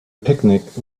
picnic